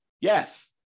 Yes